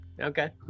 Okay